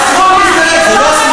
אז שומו שמים,